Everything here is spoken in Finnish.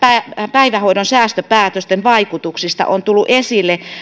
päivähoidon säästöpäätösten vaikutuksista on tullut esille